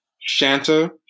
Shanta